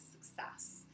success